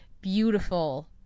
beautiful